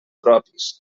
propis